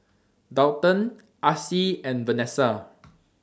Daulton Acy and Vanesa